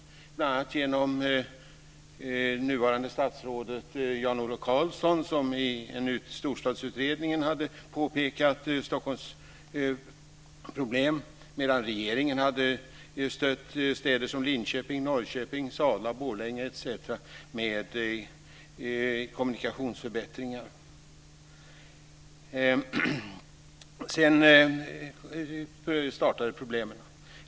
Det var bl.a. nuvarande statsrådet Jan O. Karlsson som i Storstadsutredningen hade påpekat Stockholms problem. Regeringen hade stött städer som Linköping, Norrköping, Sala, Borlänge etc. med kommunikationsförbättringar. Sedan startade problemen.